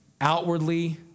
outwardly